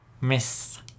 Miss